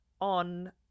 on